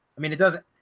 i mean, it doesn't,